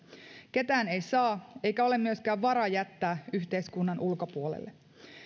ketään ei saa eikä ole myöskään varaa jättää yhteiskunnan ulkopuolelle